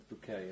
bouquet